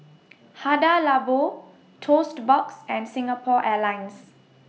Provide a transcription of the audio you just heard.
Hada Labo Toast Box and Singapore Airlines